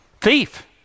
thief